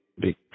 big